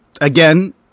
again